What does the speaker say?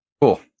Cool